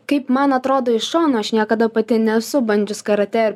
kaip man atrodo iš šono aš niekada pati nesu bandžius karatė